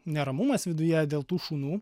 neramumas viduje dėl tų šunų